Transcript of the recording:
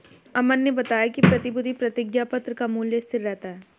अमन ने बताया कि प्रतिभूति प्रतिज्ञापत्र का मूल्य स्थिर रहता है